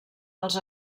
els